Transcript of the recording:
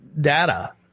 data